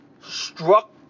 struck